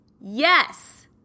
Yes